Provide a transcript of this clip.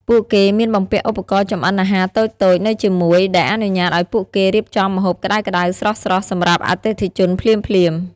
ពួកគេមានបំពាក់ឧបករណ៍ចម្អិនអាហារតូចៗនៅជាមួយ ដែលអនុញ្ញាតឱ្យពួកគេរៀបចំម្ហូបក្តៅៗស្រស់ៗសម្រាប់អតិថិជនភ្លាមៗ។